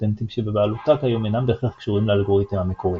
הפטנטים שבבעלותה כיום אינם בהכרח קשורים לאלגוריתם המקורי.